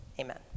Amen